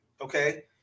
okay